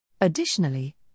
Additionally